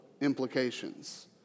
implications